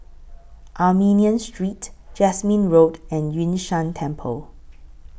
Armenian Street Jasmine Road and Yun Shan Temple